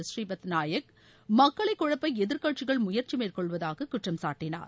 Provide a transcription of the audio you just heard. ஸ்ரீபத் நாயக் மக்களை குழப்ப எதிர்க்கட்சிகள் முயற்சி மேற்கொள்வதாக குற்றம் சாட்டினார்